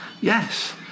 Yes